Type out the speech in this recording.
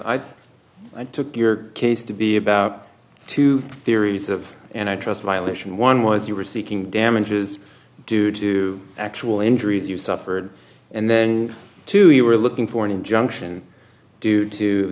rosenkranz i took your case to be about two theories of and i trust violation one was you were seeking damages due to actual injuries you suffered and then two you were looking for an injunction due to